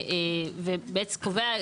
הוא קובע,